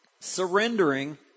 Surrendering